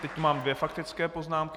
Teď mám dvě faktické poznámky.